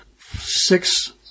six